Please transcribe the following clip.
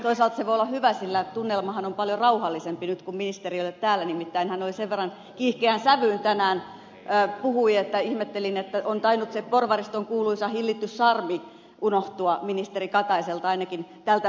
toisaalta se voi olla hyvä sillä tunnelmahan on paljon rauhallisempi nyt kun ministeri ei ole täällä nimittäin hän sen verran kiihkeään sävyyn tänään puhui että ihmettelin että on tainnut se porvariston kuuluisa hillitty charmi unohtua ministeri kataiselta ainakin tältä päivältä